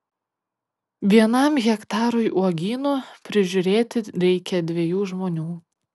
vienam hektarui uogynų prižiūrėti reikia dviejų žmonių